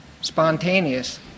spontaneous